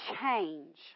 change